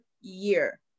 year